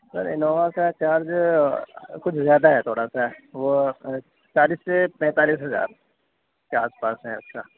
سر Innova کا charge کچھ زیادہ ہے تھوڑا سا وہ چالیس سے پینتالیس ہزار کے آس پاس ہے آپ کا